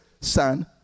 son